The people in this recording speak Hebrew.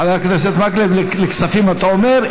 חבר הכנסת מקלב, לכספים, אתה אומר.